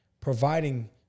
providing